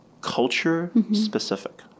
culture-specific